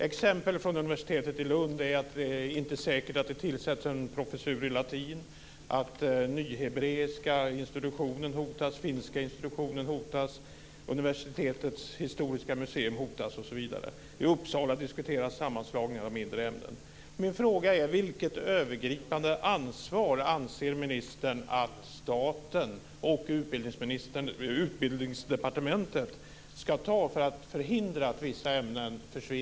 Exempel från universitetet i Lund är att det inte är säkert att det tillsätts en professur i latin, att nyhebreiska institutionen och finska institutionen hotas, att universitetets historiska museum hotas osv. I Uppsala diskuteras sammanslagningar av mindre ämnen.